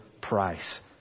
price